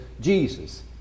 Jesus